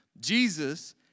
Jesus